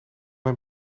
hem